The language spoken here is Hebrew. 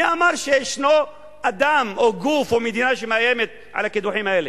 מי אמר שישנו אדם או גוף או מדינה שמאיימים על הקידוחים האלה?